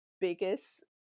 biggest